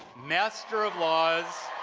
master of laws,